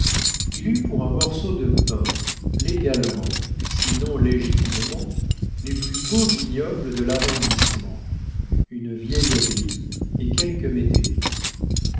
il eut pour un morceau de pain légalement sinon légitimement les plus beaux vignobles de l'arrondissement une vieille abbaye et quelques métairies